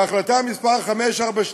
בהחלטה מס' 542